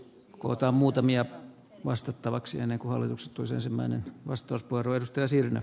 kohta muutamia vastattavaksi ennenko alennus toisi ensimmäinen arvoisa puhemies